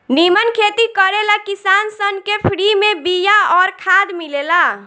निमन खेती करे ला किसान सन के फ्री में बिया अउर खाद मिलेला